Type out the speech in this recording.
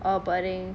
oh boring